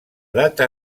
data